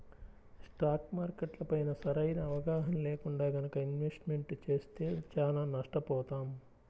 stock మార్కెట్లపైన సరైన అవగాహన లేకుండా గనక ఇన్వెస్ట్మెంట్ చేస్తే చానా నష్టపోతాం